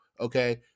okay